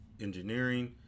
engineering